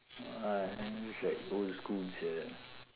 !wah! that's like old school sia